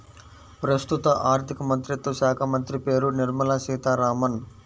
ప్రస్తుత ఆర్థికమంత్రిత్వ శాఖామంత్రి పేరు నిర్మల సీతారామన్